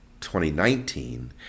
2019